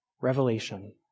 Revelation